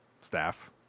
staff